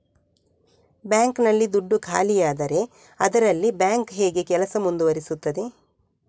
Bank ನಲ್ಲಿ ದುಡ್ಡು ಖಾಲಿಯಾದರೆ ಅದರಲ್ಲಿ ಬ್ಯಾಂಕ್ ಹೇಗೆ ಕೆಲಸ ಮುಂದುವರಿಸುತ್ತದೆ?